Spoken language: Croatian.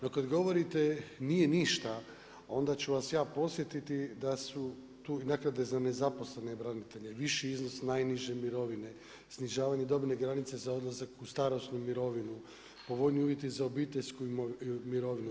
No kad govorite, nije ništa, onda ću vas ja podsjetiti, da su tu, dakle, za nezaposlene branitelje, viši iznos najniže mirovine, snižavanje dobne granice za odlazak u starosnu mirovinu, povoljniji uvjeti za obiteljsku mirovinu.